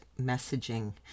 messaging